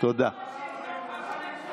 פעם ראשונה בהיסטוריה שעמדת ראש